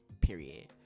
period